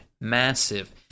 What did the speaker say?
Massive